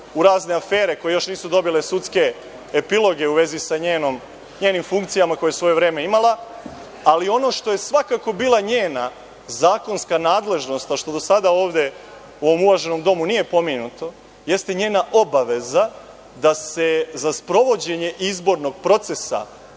u razne afere koje još nisu dobile sudske epiloge u vezi sa njenim funkcijama koje je u svoje vreme imala, ali ono što je svakako bila njena zakonska nadležnost, a što do sada ovde u ovom uvaženom domu nije pomenuto, jeste njena obaveza da se za sprovođenje izbornog procesa